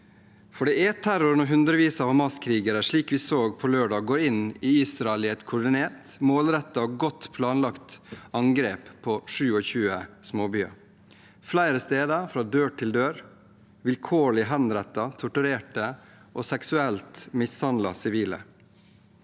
For det er terror når hundrevis av Hamas-krigere, slik vi så på lørdag, går inn i Israel i et koordinert, målrettet og godt planlagt angrep på 27 småbyer, flere steder fra dør til dør, og vilkårlig henrettet, torturerte og seksuelt mishandlet sivile.